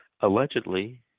allegedly